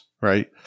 right